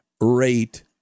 rate